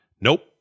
Nope